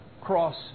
cross